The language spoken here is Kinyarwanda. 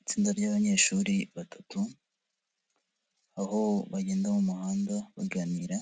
Itsinda ry'abanyeshuri batatu, aho bagenda mu muhanda baganira